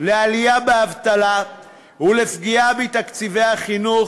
לעלייה באבטלה ולפגיעה בתקציבי החינוך,